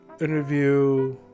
interview